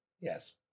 Yes